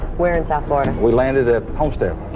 where in south florida? we landed at homestead.